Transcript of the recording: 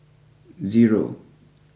zero